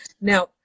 Now